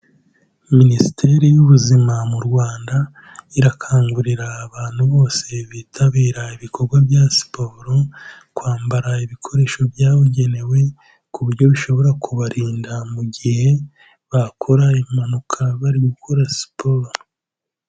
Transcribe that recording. Minisiteri y'Ubuzima mu Rwanda irakangurira abantu bose bitabira ibikorwa bya siporo kwambara ibikoresho byabugenewe ku buryo bishobora kubarinda mu gihe bakora impanuka bari gukora siporo.